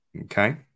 Okay